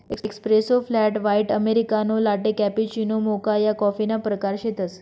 espresso, flat white, americano, latte, cappuccino, mocha या कॉफीना प्रकार शेतसं